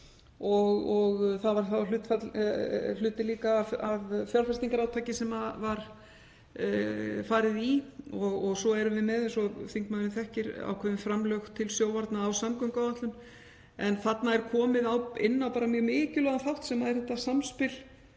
Það var hluti af fjárfestingarátaki sem farið var í og svo erum við með, eins og þingmaðurinn þekkir, ákveðin framlög til sjóvarna á samgönguáætlun. En þarna er komið inn á mjög mikilvægan þátt sem er þetta samspil